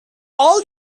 all